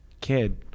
Kid